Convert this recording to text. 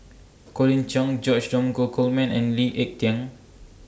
Colin Cheong George Dromgold Coleman and Lee Ek Tieng